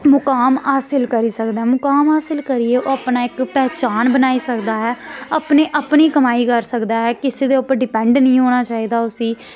मुकाम हासल करी सकदा ऐ मुकाम हासल करियै ओह् अपना इक पहचान बनाई सकदा ऐ अपनी अपनी कमाई करी सकदा ऐ किसै दे उप्पर डिपैंड निं होना चाहिदा उसी